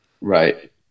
Right